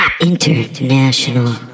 international